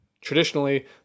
Traditionally